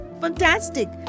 fantastic